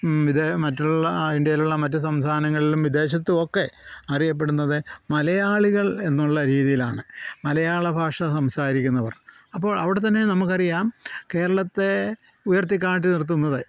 ഇത് മറ്റുള്ള ഇന്ത്യേയുള്ള മറ്റ് സംസ്ഥാനങ്ങളിലും വിദേശത്തുമൊക്കെ അറിയപ്പെടുന്നത് മലയാളികൾ എന്നുള്ള രീതിയിലാണ് മലയാള ഭാഷ സംസാരിക്കുന്നവർ അപ്പോൾ അവിടെ തന്നെ നമുക്കറിയാം കേരളത്തെ ഉയർത്തിക്കാട്ടി നിർത്തുന്നത്